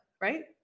right